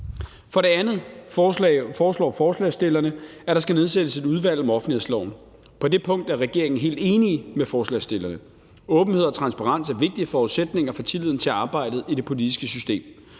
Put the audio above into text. For det andet foreslår forslagsstillerne, at der skal nedsættes et udvalg om offentlighedsloven. På det punkt er regeringen helt enig med forslagsstillerne. Åbenhed og transparens er vigtige forudsætninger for tilliden til arbejdet i det politiske system.